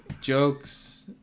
jokes